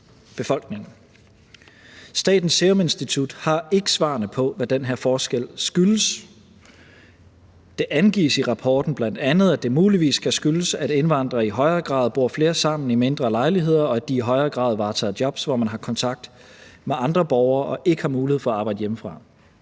Statens Serum Institut har ikke svarene på, hvad den her forskel skyldes. Det angives i rapporten bl.a., at det muligvis kan skyldes, at indvandrere i højere grad bor flere sammen i mindre lejligheder, og at de i højere grad varetager jobs, hvor man har kontakt med andre borgere og ikke har mulighed for at arbejde hjemmefra.